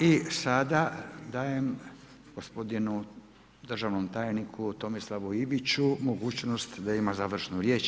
I sada dajem gospodinu državnom tajniku Tomislavu Iviću mogućnost da ima završnu riječ.